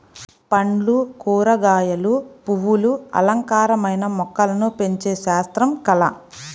పండ్లు, కూరగాయలు, పువ్వులు అలంకారమైన మొక్కలను పెంచే శాస్త్రం, కళ